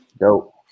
dope